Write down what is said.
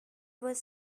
was